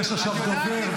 יש עכשיו דובר,